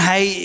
Hij